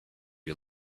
you